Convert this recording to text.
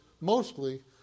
mostly